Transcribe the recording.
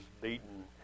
beaten